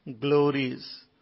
glories